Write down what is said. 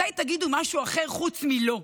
מתי תגידו משהו אחר חוץ מ"לא"?